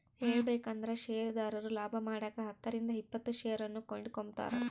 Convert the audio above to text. ಹೇಳಬೇಕಂದ್ರ ಷೇರುದಾರರು ಲಾಭಮಾಡಕ ಹತ್ತರಿಂದ ಇಪ್ಪತ್ತು ಷೇರನ್ನು ಕೊಂಡುಕೊಂಬ್ತಾರ